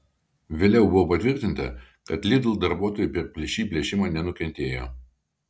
vėliau buvo patvirtinta kad lidl darbuotojai per šį plėšimą nenukentėjo